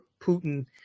Putin